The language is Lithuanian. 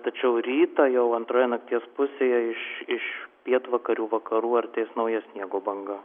tačiau rytą jau antroje nakties pusėje iš iš pietvakarių vakarų artės nauja sniego banga